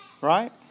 Right